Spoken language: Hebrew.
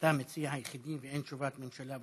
שאתה המציע היחידי ואין תשובת ממשלה,